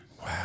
wow